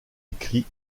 écrit